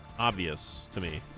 obvious to me